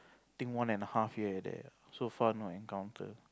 think one and a half year like that eh so far no encounter